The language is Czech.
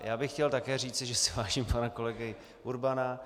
Já bych chtěl také říci, že si vážím pana kolegy Urbana.